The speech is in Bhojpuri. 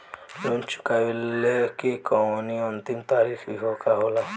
लोन चुकवले के कौनो अंतिम तारीख भी होला का?